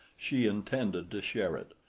she intended to share it,